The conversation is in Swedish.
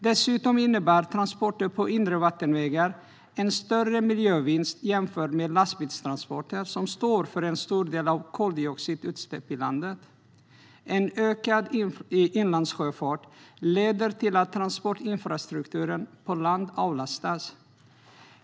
Dessutom innebär transporter på inre vattenvägar en större miljövinst jämfört med lastbilstransporter som står för en stor del av koldioxidutsläppen i landet. En ökad inlandssjöfart leder till att transportinfrastrukturen på land avlastas.